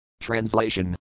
Translation